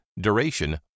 duration